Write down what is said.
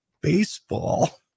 baseball